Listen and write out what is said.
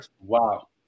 Wow